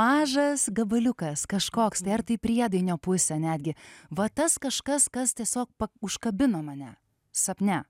mažas gabaliukas kažkoks tai ar tai priedainio pusė netgi va tas kažkas kas tiesiog užkabino mane sapne